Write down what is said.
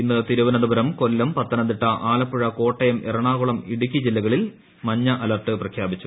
ഇന്ന് തിരുവനന്തപുരം കൊല്ലം പത്തനംതിട്ട ആലപ്പുഴ കോട്ടയം എറണാകുളം ഇടുക്കി ജില്ലകളിൽ മഞ്ഞ അലർട്ട് പ്രഖ്യാപിച്ചു